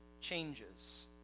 changes